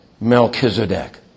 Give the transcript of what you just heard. Melchizedek